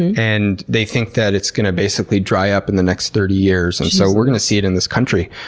and they think that it's going to basically dry up in the next thirty years and so we're going to see it in this country.